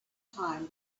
time